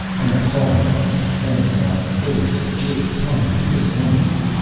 and i saw an idol standing on a lotus of jade hung with great emeralds.